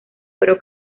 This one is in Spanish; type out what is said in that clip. pero